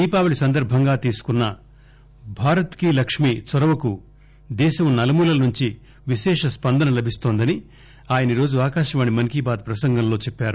దీపావళి సందర్భంగా తీసుకున్న భారతీ కీ లక్ష్మీ చొరవకు దేశం నలుమూలల నుంచి విశేష స్పందన లభిస్తోందని ఆయన ఈరోజు ఆకాశవాణి మన్ కీ బాత్ ప్రసంగంలో చెప్పారు